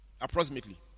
Approximately